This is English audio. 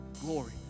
glory